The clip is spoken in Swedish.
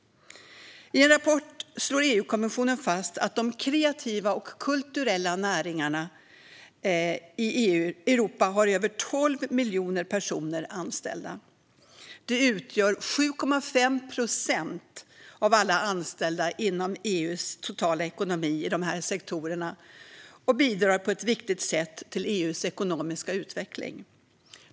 I en rapport slår EU-kommissionen fast att över 12 miljoner personer är anställda inom de kreativa och kulturella näringarna i Europa. De utgör 7,5 procent av alla anställda inom EU:s totala ekonomi i dessa sektorer och bidrar på ett viktigt sätt till EU:s ekonomiska utveckling.